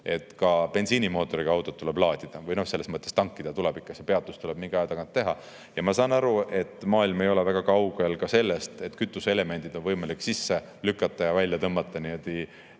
sest ka bensiinimootoriga autot tuleb laadida, selles mõttes, et tankida tuleb ikka, peatus tuleb mingi aja tagant teha. Ma saan aru, et maailm ei ole väga kaugel ka sellest, et kütuseelemendid on võimalik sisse lükata ja välja tõmmata umbes